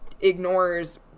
ignores